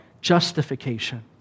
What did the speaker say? justification